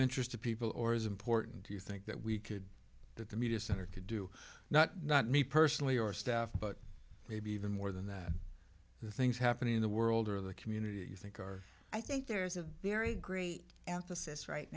interest to people or is important do you think that we could that the media center could do not not me personally or staff but maybe even more than that the things happening in the world or the community you think are i think there's a very great emphasis right